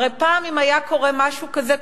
הרי פעם אם היה קורה משהו כזה,